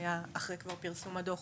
היה אחרי כבר פרסום הדוח